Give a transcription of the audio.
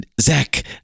Zach